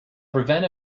prevent